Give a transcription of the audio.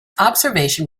observation